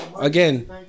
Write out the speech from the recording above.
Again